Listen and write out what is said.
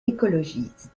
écologiste